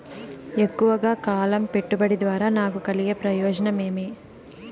ఎక్కువగా కాలం పెట్టుబడి ద్వారా నాకు కలిగే ప్రయోజనం ఏమి?